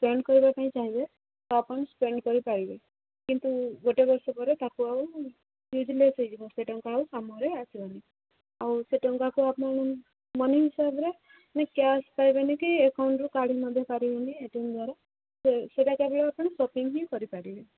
spend କରିବା ପାଇଁ ଚାହିଁବେ ତ ଆପଣ ସ୍ପେଣ୍ଡ୍ କରି ପାରିବେ କିନ୍ତୁ ଗୋଟେ ବର୍ଷ ପରେ ତା'କୁ ଆଉ ୟୁଜ୍ ଲେସ୍ ହେଇଯିବ ସେ ଟଙ୍କା ଆଉ କାମରେ ଆସିବନି ଆଉ ସେ ଟଙ୍କାକୁ ଆପଣ ମନି ହିସାବରେ ପୁଣି କ୍ୟାସ୍ ପାଇବେନି କି ଆକାଉଣ୍ଟ୍ରୁ କାଢ଼ି ମଧ୍ୟ ପାରିବେନି ଏ ଟି ଏମ୍ ଦ୍ଵାରା ସେ ସେଇଟା କେବଳ ଆପଣ ସପିଙ୍ଗ୍ ହିଁ କରି ପାରିବେ